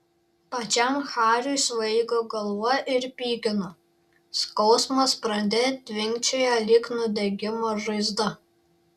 pačiam hariui svaigo galva ir pykino skausmas sprande tvinkčiojo lyg nudegimo žaizda